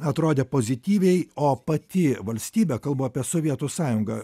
atrodė pozityviai o pati valstybė kalbu apie sovietų sąjungą